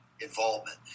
involvement